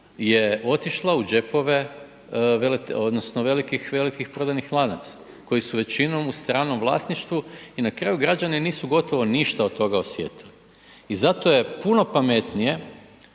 je otišla u džepove velikih prodajnih lanaca koji su većinom u stranom vlasništvu i na kraju građani nisu gotovo ništa od toga osjetili. I zato je puno pametnije